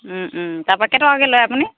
তাৰপৰা কেইটকাকৈ লয় আপুনি